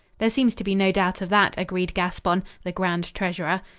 there seems to be no doubt of that, agreed gaspon, the grand treasurer.